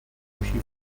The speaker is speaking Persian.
موشی